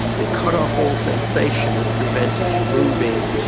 it cut off all sensation, it prevented you moving,